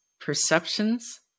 perceptions